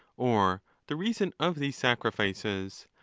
or the reason of these sacrifices,